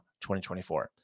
2024